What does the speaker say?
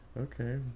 okay